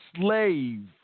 slave